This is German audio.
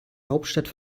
hauptstadt